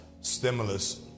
Stimulus